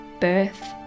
birth